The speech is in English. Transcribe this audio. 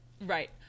Right